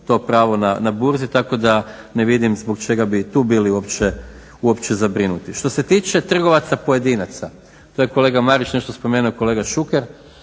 to pravo na burzi. Tako da ne vidim zbog čega bi tu bili uopće zabrinuti. Što se tiče trgovaca pojedinaca, to je kolega Marić nešto spomenuo i kolega Šuker.